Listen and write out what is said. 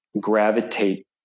gravitate